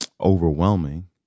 overwhelming